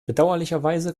bedauerlicherweise